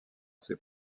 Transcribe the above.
ses